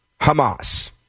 Hamas